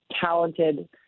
talented